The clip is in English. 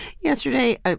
Yesterday